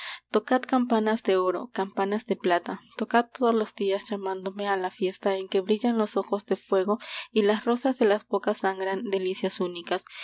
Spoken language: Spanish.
tocad campanas de oro campanas de plata tocad todos los días llamándome a la fiesta en que brillan los ojos de fuego y las rosas de las bocas sangran delicias únicas